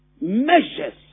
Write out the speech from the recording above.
measures